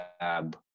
lab